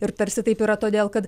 ir tarsi taip yra todėl kad